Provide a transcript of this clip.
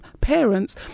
parents